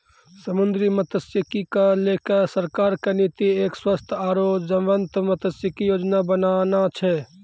समुद्री मत्सयिकी क लैकॅ सरकार के नीति एक स्वस्थ आरो जीवंत मत्सयिकी योजना बनाना छै